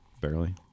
barely